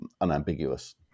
unambiguous